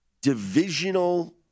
Divisional